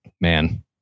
man